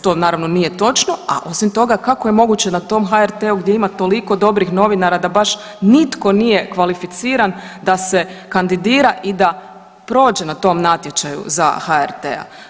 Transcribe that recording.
To naravno nije točno, a osim toga kako je moguće na tom HRT-u gdje ima toliko dobrih novinara da baš nitko nije kvalificiran da se kandidira i da prođe na tom natječaju za HRT.